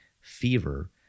fever